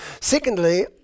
secondly